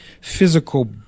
physical